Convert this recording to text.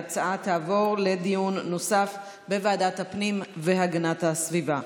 ההצעה תעבור לדיון נוסף בוועדת הפנים והגנת הסביבה.